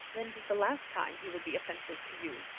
then tis the last time he will be offensive to you.